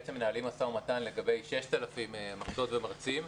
למעשה מנהלים משא-ומתן לגבי 6,000 מרצות ומרצים,